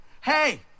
Hey